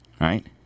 right